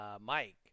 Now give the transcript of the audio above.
Mike